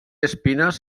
espines